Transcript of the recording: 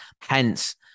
hence